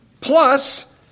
Plus